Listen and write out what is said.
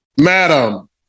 Madam